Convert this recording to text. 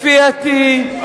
נכון שמדובר בקורא סקרים כפייתי,